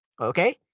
Okay